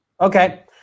Okay